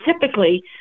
typically